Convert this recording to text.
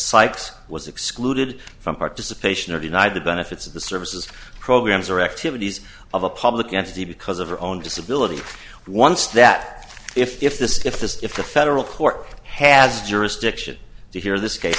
sykes was excluded from participation or deny the benefits of the services programs or activities of a public entity because of her own disability once that if this if this if the federal court has jurisdiction to hear this case